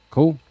Cool